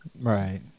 Right